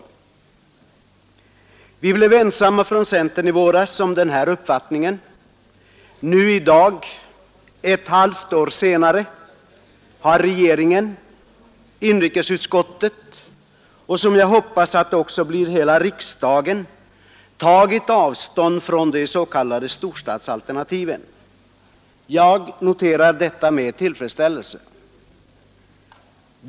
Vi blev ensamma från centern i våras om den här uppfattningen. Nu i dag — ett halvt år senare — har regeringen, inrikesutskottet och, som jag hoppas att det också blir, hela riksdagen tagit avstånd från de s.k. storstadsalternativen. Jag noterar detta med tillfredsställelse.